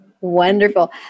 Wonderful